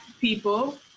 people